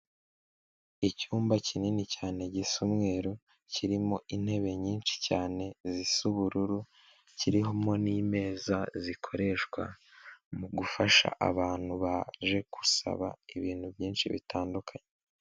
Icyumba kinini cyane gisa umweru, kirimo intebe nyinshi cyane zisa ubururu, kirimo n'imeza zikoreshwa mu gufasha abantu baje gusaba ibintu byinshi bitandukanye.